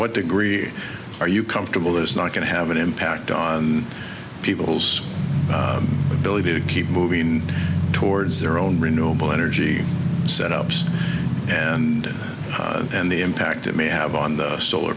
what degree are you comfortable that it's not going to have an impact on people's ability to keep moving towards their own renewable energy set ups and and the impact it may have on the solar